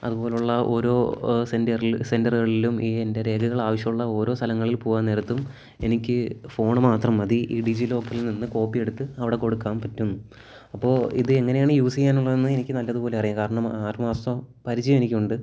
അതുപോലെയുള്ള ഓരോ സെൻ്ററിൽ സെൻറ്ററുകളിലും ഈ എൻ്റെ രേഖകൾ ആവശ്യമുള്ള ഓരോ സ്ഥലങ്ങളിൽ പോകാൻ നേരത്തും എനിക്കു ഫോൺ മാത്രം മതി ഈ ഡിജിലോക്കറിലിൽ നിന്ന് കോപ്പിയെടുത്ത് അവിടെ കൊടുക്കാൻ പറ്റും അപ്പോൾ ഇത് എങ്ങനെയാണ് യൂസ് ചെയ്യാനുള്ളതെന്ന് എനിക്ക് നല്ലതുപോലെ അറിയാം കാരണം ആറുമാസം പരിചയം എനിക്കുണ്ട്